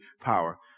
power